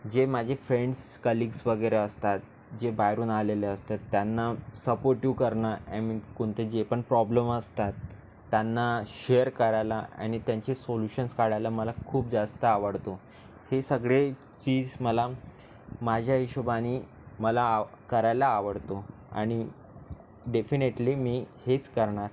जे माझे friends colleagues वगैरे असतात जे बाहेरून आलेले असतात त्यांना सपोटीव करणं ॲ मिन कोणते जे पण प्रॉब्लम असतात त्यांना शेअर करायला आणि त्यांचे सोल्यूशन्स काढायला मला खूप जास्त आवडतो हे सगळे चीज मला माझ्या हिशोबानी मला आव करायला आवडतो आणि डेफिनेटली मी हेच करणार